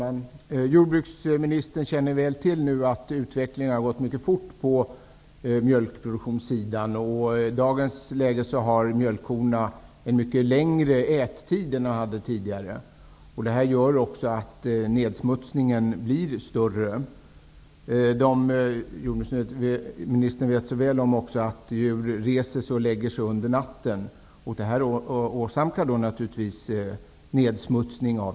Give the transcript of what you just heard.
Fru talman! Jordbruksministern känner väl till att utvecklingen på mjölkproduktionssidan har gått mycket fort. I dagens läge är mjölkkornas ättid mycket längre än tidigare. Detta gör att nedsmutsningen blir större. Jordbruksministern vet också mycket väl att djur reser sig och lägger sig under natten. Det åsamkar naturligtvis djuren en nedsmutsning.